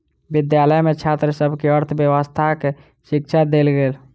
विद्यालय में छात्र सभ के अर्थव्यवस्थाक शिक्षा देल गेल